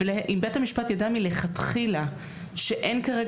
אם בית המשפט יידע מלכתחילה שאין כרגע